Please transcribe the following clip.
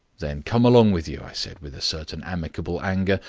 then come along with you, i said, with a certain amicable anger,